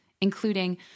including